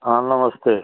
हाँ नमस्ते